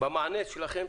במענה שלכם,